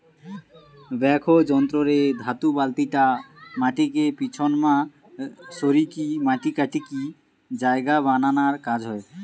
backhoe যন্ত্র রে ধাতু বালতিটা মাটিকে পিছনমা সরিকি মাটি কাটিকি জায়গা বানানার কাজ হয়